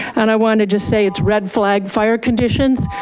and i wanna just say it's red flag fire conditions,